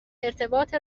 ارتباط